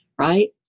right